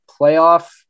playoff